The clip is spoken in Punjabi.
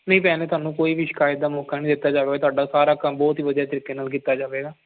ਨਹੀਂ ਭੈਣੇ ਤੁਹਾਨੂੰ ਕੋਈ ਵੀ ਸ਼ਿਕਾਇਤ ਦਾ ਮੌਕਾ ਨਹੀਂ ਦਿੱਤਾ ਜਾਵੇ ਤੁਹਾਡਾ ਸਾਰਾ ਕੰਮ ਬਹੁਤ ਹੀ ਵਧੀਆ ਤਰੀਕੇ ਨਾਲ ਕੀਤਾ ਜਾਵੇਗਾ